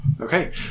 Okay